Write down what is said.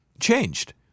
changed